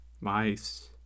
mice